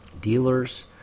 dealers